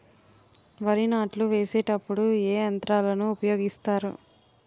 వరి నాట్లు వేసేటప్పుడు ఏ యంత్రాలను ఉపయోగిస్తారు?